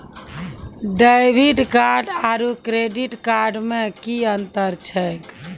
Debit card आरू credit card मे कि अन्तर छैक?